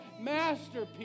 masterpiece